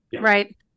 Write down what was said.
Right